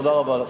תודה רבה לך.